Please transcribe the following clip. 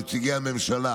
נציגי הממשלה,